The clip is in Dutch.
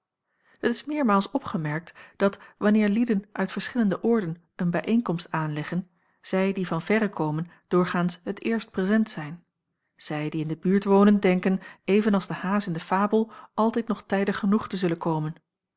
het is meermalen opgemerkt dat wanneer lieden uit verschillende oorden een bijeenkomst aanleggen zij die van verre komen doorgaans t eerst prezent zijn zij die in de buurt wonen denken even als de haas in de fabel altijd nog tijdig genoeg te zullen komen